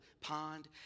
pond